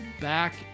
back